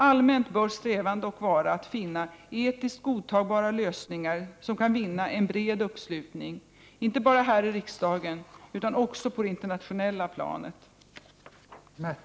Allmänt bör strävan dock vara att finna etiskt godtagbara lösningar som kan vinna en bred uppslutning, inte bara här i riksdagen utan också på det internationella planet.